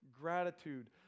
gratitude